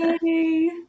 Yay